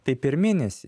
tai pirminis